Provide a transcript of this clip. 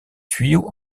tuyaux